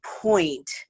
point